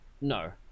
No